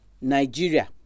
Nigeria